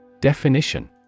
Definition